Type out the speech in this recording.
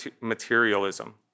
materialism